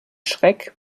schreck